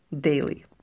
daily